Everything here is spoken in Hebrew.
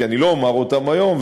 כי אני לא אומר אותן היום,